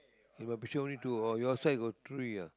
in my picture only two or your side got three ah